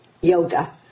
yoga